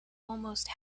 almost